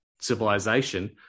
civilization